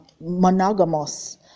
monogamous